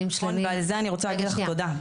נכון, ועל זה אני רוצה להגיד לך תודה.